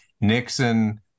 Nixon